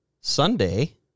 Sunday